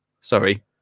sorry